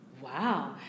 Wow